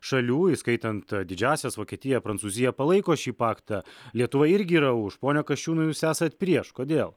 šalių įskaitant didžiąsias vokietiją prancūziją palaiko šį paktą lietuva irgi yra už pone kasčiūnai jūs esat prieš kodėl